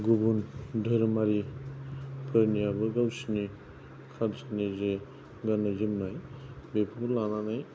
आमफाय गुबुन धोरोमआरिफोरनिआबो गावसिनि कास्टनि जे गाननाय जोमनाय बेफोरखौ लानानै